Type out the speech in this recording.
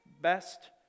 best